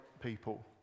people